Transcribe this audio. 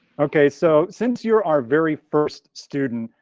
okay, so since you're our very first student,